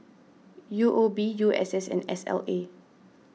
U O B U S S and S L A